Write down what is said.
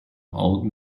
old